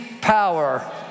power